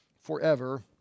forever